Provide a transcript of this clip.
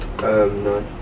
no